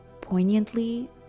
poignantly